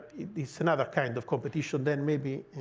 it is another kind of competition then, maybe